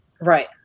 Right